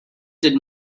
did